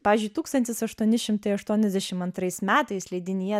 pavyzdžiui tūkstantis aštuoni šimtai aštuoniasdešim antrais metais leidinyje